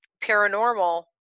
paranormal